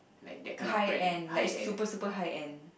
high end like super super high end